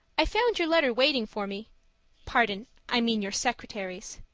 i found your letter waiting for me pardon i mean your secretary's.